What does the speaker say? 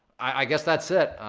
i guess that's it.